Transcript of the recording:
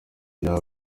rya